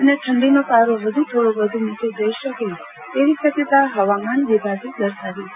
અને ઠંડીનો પારો હજુ થોડો વધુ નીયો જઈ શકે તેવી શક્યતા હવામાન વિભાગે દર્શાવી છે